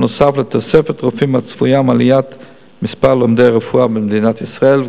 בנוסף לתוספת הרופאים הצפויה עם עליית מספר לומדי הרפואה במדינת ישראל.